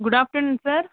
good after noon sir